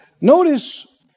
Notice